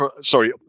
sorry